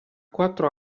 quattro